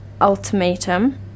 ultimatum